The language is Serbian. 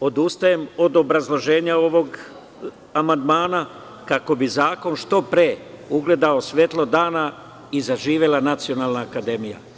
odustajem od obrazloženja ovog amandmana kako bi zakon što pre ugledao svetlost dana i zaživela Nacionalna akademija.